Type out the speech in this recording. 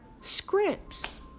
scripts